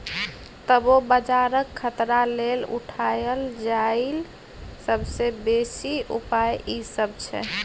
तबो बजारक खतरा लेल उठायल जाईल सबसे बेसी उपाय ई सब छै